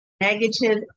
negative